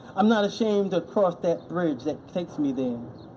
i'm not ashamed to cross that bridge that takes me there.